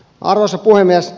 arvoisa puhemies